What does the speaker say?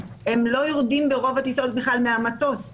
הם לא יורדים ברוב הטיסות בכלל מהמטוס,